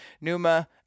Numa